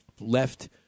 left